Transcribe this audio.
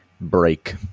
break